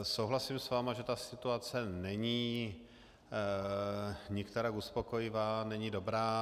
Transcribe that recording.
Souhlasím s vámi, že ta situace není nikterak uspokojivá, není dobrá.